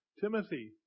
Timothy